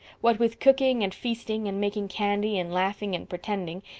what with cooking and feasting and making candy and laughing and pretending,